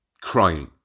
crying